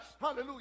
hallelujah